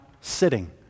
sitting